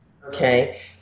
Okay